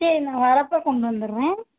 சரி நான் வரப்போ கொண்டு வந்துடறேன்